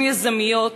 נשים יזמיות,